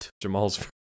Jamal's